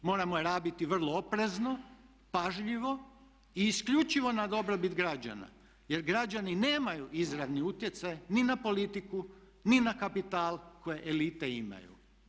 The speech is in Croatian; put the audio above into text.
Moramo je rabiti vrlo oprezno, pažljivo i isključivo na dobrobit građana jer građani nemaju izravni utjecaj ni na politiku, ni na kapital koji elite imaju.